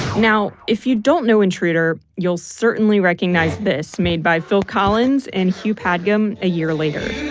now, if you don't know intruder you'll certainly recognize this made by phil collins and hugh padgham a year later.